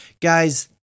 guys